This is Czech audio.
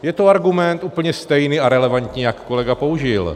Je to argument úplně stejný a relevantní, jak kolega použil.